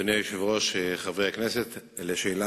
דהיינו כדי לאפשר ל"מכון סאלד" לבדוק